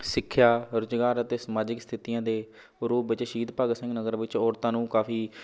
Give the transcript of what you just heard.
ਸਿੱਖਿਆ ਰੁਜ਼ਗਾਰ ਅਤੇ ਸਮਾਜਿਕ ਸਥਿਤੀਆਂ ਦੇ ਰੂਪ ਵਿੱਚ ਸ਼ਹੀਦ ਭਗਤ ਸਿੰਘ ਨਗਰ ਵਿੱਚ ਔਰਤਾਂ ਨੂੰ ਕਾਫ਼ੀ